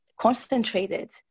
concentrated